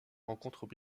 rencontrent